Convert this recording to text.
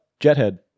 Jethead